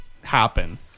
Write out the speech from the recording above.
happen